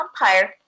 umpire